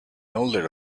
older